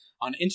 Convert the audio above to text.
on